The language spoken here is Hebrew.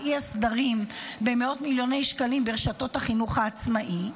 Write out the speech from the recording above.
על אי-הסדרים במאות מיליוני שקלים ברשתות החינוך העצמאי.